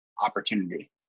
opportunity